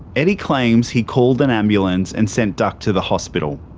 eddie claims he called an ambulance and sent duck to the hospital.